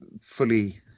fully